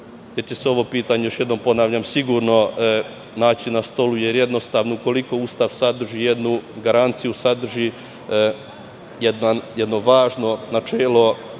se ovo pitanje, još jednom ponavljam, sigurno naći na stolu jer, jednostavno, ukoliko Ustav sadrži jednu garanciju, sadrži jedno važno načelo